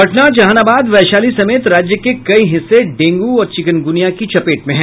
पटना जहानाबाद वैशाली समेत राज्य के कई हिस्से डेंगू और चिकुनगुनिया की चपेट में हैं